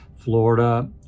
Florida